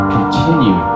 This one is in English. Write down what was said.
continue